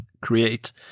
create